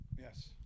yes